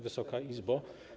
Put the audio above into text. Wysoka Izbo!